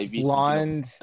blonde